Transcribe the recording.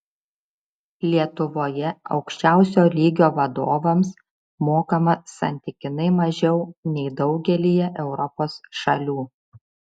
lietuvoje aukščiausio lygio vadovams mokama santykinai mažiau nei daugelyje europos šalių